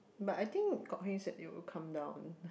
but I think Kok-Heng said they will come down